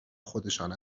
خودشان